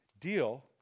deal